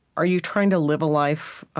are you trying to live a life